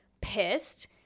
pissed